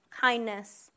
kindness